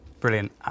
brilliant